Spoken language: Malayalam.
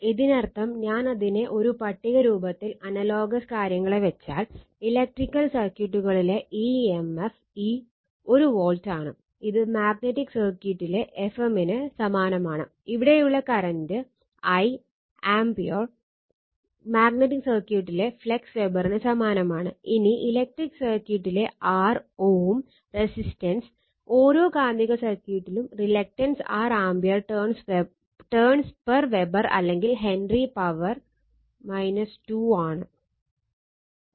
ഇതിനർത്ഥം ഞാൻ അതിനെ ഒരു പട്ടിക രൂപത്തിൽ അനലോഗസ് റെസിസ്റ്റൻസ് ഓരോ കാന്തിക സർക്യൂട്ടിലും reluctance R ampere turns per weber അല്ലെങ്കിൽ ഹെൻറി പവർ 2 ആണ്